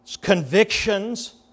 convictions